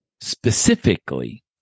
specifically